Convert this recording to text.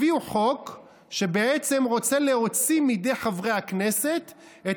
הביאו חוק שרוצה להוציא מידי חברי הכנסת את